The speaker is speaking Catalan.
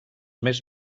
més